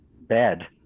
bad